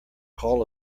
call